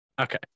okay